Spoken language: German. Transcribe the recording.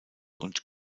und